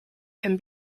can